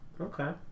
Okay